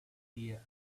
hear